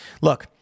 Look